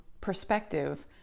perspective